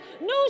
News